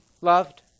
loved